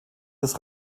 des